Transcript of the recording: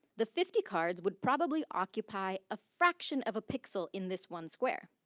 the fifty cards would probably occupy a fraction of a pixel in this one square.